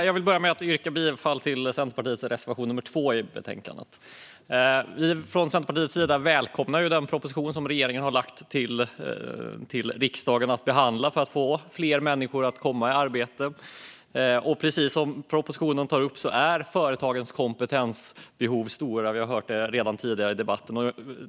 Fru talman! Jag yrkar bifall till Centerpartiets reservation nummer 2 i betänkandet. Från Centerpartiets sida välkomnar vi den proposition regeringen har lämnat till riksdagen för behandling. Det handlar om att få fler människor att komma i arbete. Precis som tas upp i propositionen är företagens kompetensbehov stora. Vi har hört det tidigare i debatten.